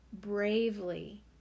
bravely